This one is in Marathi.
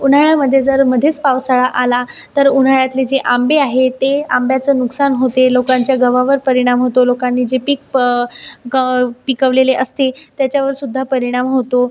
उन्हाळ्यामध्ये जर मध्येच पावसाळा आला तर उन्हाळ्यातले जे आंबे आहे ते आंब्याचं नुकसान होते लोकांच्या गव्हावर परिणाम होतो लोकांनी जे पीक प ग पिकवलेले असते त्याच्यावरसुद्धा परिमाण होतो